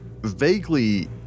vaguely